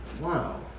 Wow